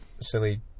silly